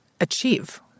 achieve